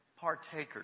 partakers